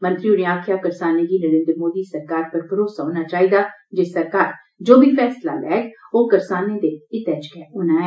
मंत्री होरें आक्खेआ करसानें गी नरेन्द्र मोदी सरकार पर भरोसा होना चाहिदा जे सरकार जो बी फैसला लैग ओह करसानें दे हितै च गै होना ऐ